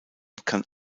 kann